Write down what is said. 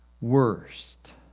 worst